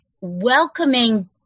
welcoming